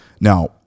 Now